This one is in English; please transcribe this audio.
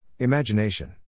Imagination